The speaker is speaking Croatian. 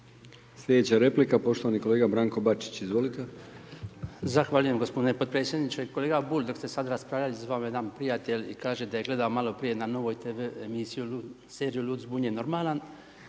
Sljedeća replika poštovani kolega Branko Bačić. Izvolite. **Bačić, Branko (HDZ)** Zahvaljujem gospodine potpredsjedniče. Kolega Bulj dok ste sada raspravljali zvao me jedan prijatelj i kaže da je gledao malo prije na Novoj TV emisiju, seriju „Lud, zbunjen, normalan“